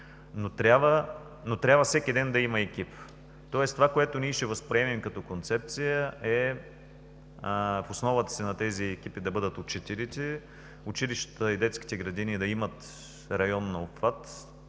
Но трябва всеки ден да има екип. Тоест това, което ние ще възприемем като концепция, е в основата на тези екипи да бъдат учителите, училищата и детските градини да имат район на обхват,